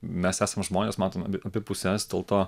mes esam žmonės matome abi puses dėl to